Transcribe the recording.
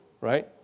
right